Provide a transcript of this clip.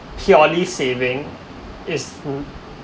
purely saving is not